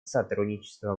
сотрудничества